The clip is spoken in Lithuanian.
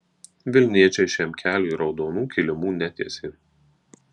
vilniečiai šiam keliui raudonų kilimų netiesė